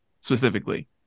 specifically